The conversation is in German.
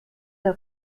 der